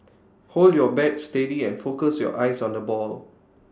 hold your bat steady and focus your eyes on the ball